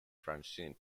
francine